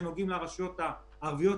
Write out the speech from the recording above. התיקון של נוסחת גדיש לרשויות המקומיות הערביות.